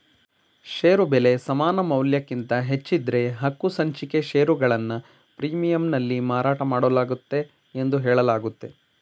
ಷೇರು ಬೆಲೆ ಸಮಾನಮೌಲ್ಯಕ್ಕಿಂತ ಹೆಚ್ಚಿದ್ದ್ರೆ ಹಕ್ಕುಸಂಚಿಕೆ ಷೇರುಗಳನ್ನ ಪ್ರೀಮಿಯಂನಲ್ಲಿ ಮಾರಾಟಮಾಡಲಾಗುತ್ತೆ ಎಂದು ಹೇಳಲಾಗುತ್ತೆ